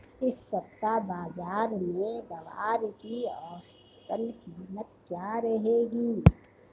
इस सप्ताह बाज़ार में ग्वार की औसतन कीमत क्या रहेगी?